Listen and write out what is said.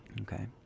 okay